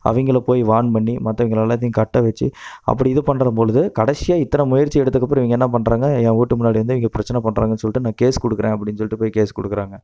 அவங்கள போய் வார்ன் பண்ணி மற்றவங்கள எல்லாத்தையும் கட்ட வச்சு அப்படி இது பண்ணுற பொழுது கடைசியாக இத்தனை முயற்சி எடுத்ததுக்கு அப்புறம் இவங்க என்ன பண்ணுறாங்க என் வீட்டு முன்னாடி வந்து இவங்க பிரச்சனை பண்ணுறாங்கன்னு சொல்லிவிட்டு நான் கேஸ் கொடுக்குறேன் அப்படினு சொல்லிவிட்டு போய் கேஸ் கொடுக்குறாங்க